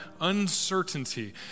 uncertainty